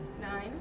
Nine